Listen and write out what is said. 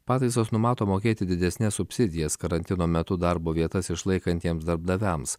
pataisos numato mokėti didesnes subsidijas karantino metu darbo vietas išlaikantiems darbdaviams